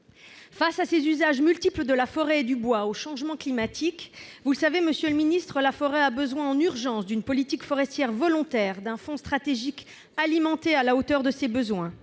Face à ces usages multiples de la forêt et du bois, face aux changements climatiques, vous le savez, monsieur le ministre, la forêt a besoin en urgence d'une politique forestière volontaire et d'un fonds stratégique alimenté à la hauteur des besoins.